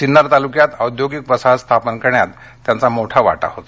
सिन्नर तालुक्यात औद्योगिक वसाहत स्थापन करण्यात त्यांचा मोठा वाटा होता